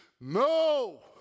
No